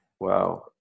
Wow